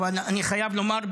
אבל אני חייב לומר,